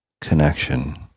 connection